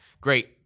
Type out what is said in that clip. great